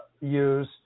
use